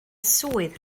swydd